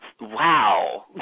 Wow